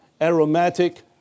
aromatic